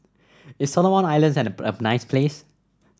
is Solomon Islands a nice place